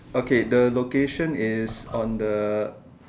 okay the location is on the